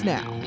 Now